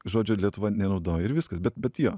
žodžio lietuva nenaudoji ir viskas bet bet jo